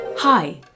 Hi